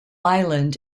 island